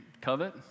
covet